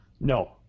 No